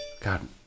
God